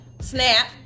SNAP